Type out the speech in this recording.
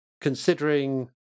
considering